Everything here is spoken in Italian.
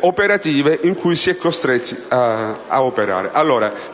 operative con cui si è costretti a lavorare.